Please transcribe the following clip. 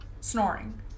Snoring